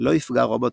לא יפגע רובוט